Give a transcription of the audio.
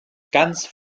ganz